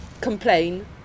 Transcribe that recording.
complain